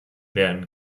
werden